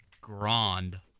grand